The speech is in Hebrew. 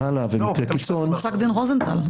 הלאה ומקרה קיצון --- פסק דין רוזנטל.